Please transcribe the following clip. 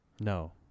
No